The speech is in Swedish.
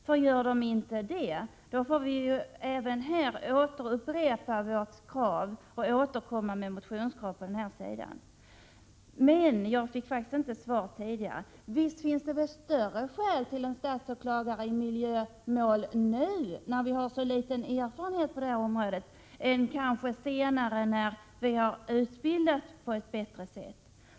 Och gör de inte det, får vi återkomma med motionskrav på detta område. Jag fick faktiskt inte svar på min fråga tidigare: Visst finns det väl större skäl att ha en statsåklagare i miljömål nu, när vi har så liten erfarenhet på det här området, än senare när vi har utbildat på ett bättre sätt?